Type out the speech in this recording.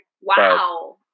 Wow